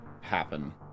happen